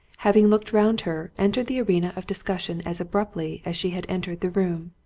having looked round her, entered the arena of discussion as abruptly as she had entered the room.